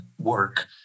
work